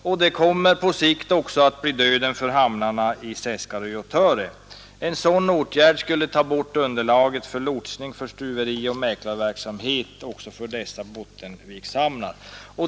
Och det kommer på sikt också att bli döden för hamnarna i Seskarö och Töre. En sådan åtgärd skulle ta bort underlaget för lotsning och för stuverioch mäklarverksamhet även för övriga hamnar i Bottenviken.